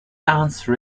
dance